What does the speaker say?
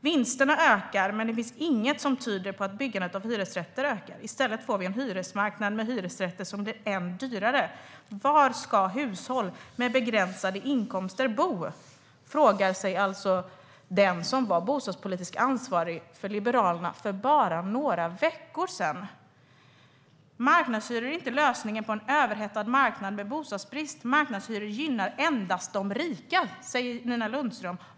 Vinsterna ökar, men det finns inget som tyder på att byggandet av hyresrätter ökar. I stället får vi en hyresmarknad med hyresrätter som blir än dyrare. Var ska hushåll med begränsade inkomster bo? Det frågar sig alltså den som var bostadspolitisk ansvarig för Liberalerna för bara några veckor sedan. Marknadshyror är inte lösningen på en överhettad marknad med bostadsbrist. Marknadshyror gynnar endast de rika, säger Nina Lundström.